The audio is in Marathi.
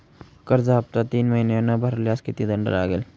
कर्ज हफ्ता तीन महिने न भरल्यास किती दंड लागेल?